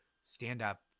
stand-up